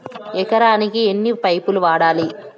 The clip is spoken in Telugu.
ఎకరాకి ఎన్ని పైపులు వాడాలి?